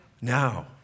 now